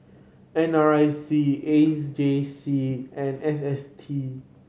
N R I C A J C and S S T